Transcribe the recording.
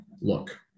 look